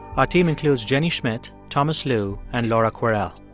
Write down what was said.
our team includes jenny schmidt, thomas lu and laura kwerel.